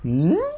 hmm